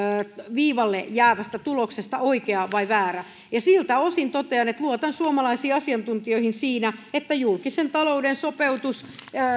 viivalle jäävästä tuloksesta oikea vai väärä siltä osin totean että luotan suomalaisiin asiantuntijoihin siinä että julkisen talouden sopeutus